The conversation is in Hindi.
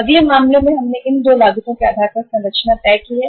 में अगले मामले में हमने इन 2 लागतों के आधार पर संरचना तय की है